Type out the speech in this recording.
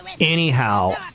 Anyhow